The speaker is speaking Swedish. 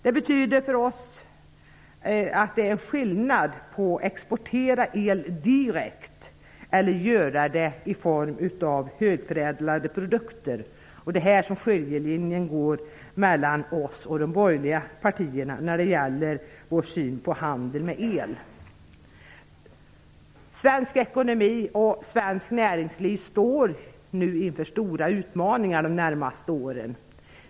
Det betyder att det för oss är stor skillnad mellan att exportera el direkt och att göra det indirekt i form av högförädlade produkter. Här går en skiljelinje mellan oss och de borgerliga partierna i synen på handel med el. Svensk ekonomi och svenskt näringsliv står inför stora utmaningar de närmaste åren.